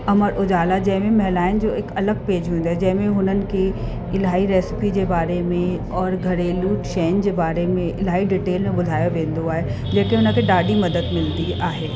अमर उजाला जंहिंमें महिलाउनि जो हिकु अलॻि पेज हूंदो आहे जंहिंमें हुननि खे इलाही रेसिपी जे बारे में और घरेलू शयुनि जे बारे में इलाही डिटेल में ॿुधायो वेंदो आहे जंहिंखे उनखे ॾाढी मदद मिलंदी आहे